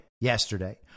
yesterday